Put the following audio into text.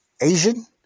Asian